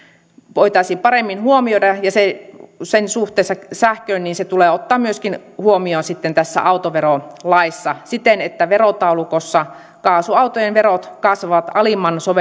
voitaisiin paremmin huomioida sen suhteessa sähköön ja se tulee ottaa myöskin huomioon sitten tässä autoverolaissa siten että verotaulukossa kaasuautojen verot kasvavat alimman sovellettavan